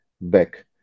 back